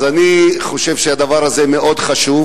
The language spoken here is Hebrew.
אני חושב שהדבר הזה מאוד חשוב,